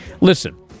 Listen